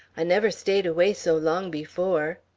i never stayed away so long before.